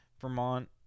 Vermont